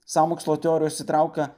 sąmokslo teorijos įtraukia